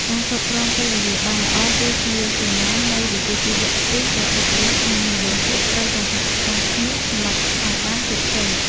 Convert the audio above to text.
ការគ្រប់គ្រងពេលវេលាបានល្អ គឺជាសញ្ញាណនៃវិជ្ជាជីវៈខ្ពស់ដែលបុគ្គលិកនិងនិយោជកត្រូវតែសហការគ្នាសម្រេចឱ្យបានជោគជ័យ។